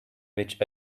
which